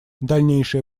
дальнейшая